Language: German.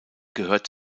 gehört